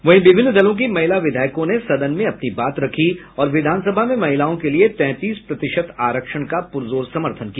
वहीं विभिन्न दलों की महिला विधायकों ने सदन में अपनी बात रखी और विधानसभा में महिलाओं के लिये तैंतीस प्रतिशत आरक्षण का पुरजोर समर्थन किया